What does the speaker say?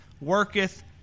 worketh